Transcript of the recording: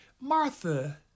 Martha